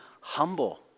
humble